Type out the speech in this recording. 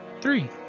three